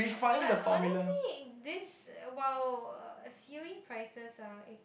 but honestly this while uh C_O_E prices are like